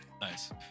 Nice